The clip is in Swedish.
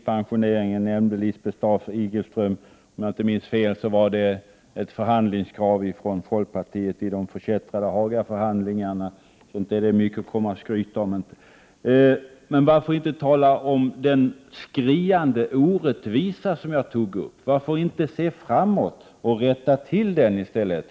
Staaf-Igelström nämnde deltidspensioneringen. Om jag inte minns fel var det ett förhandlingskrav från folkpartiet i de förkättrade Hagaförhandlingarna, så det är inte mycket att skryta med. Varför inte tala om den skriande orättvisa som jag tog upp? Varför inte se framåt och rätta till den i stället?